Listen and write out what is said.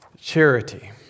charity